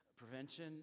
prevention